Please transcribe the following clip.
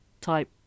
type